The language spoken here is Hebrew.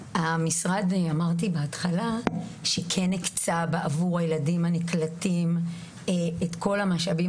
אמרתי בהתחלה שהמשרד כן הקצה עבור הילדים הנקלטים את כל המשאבים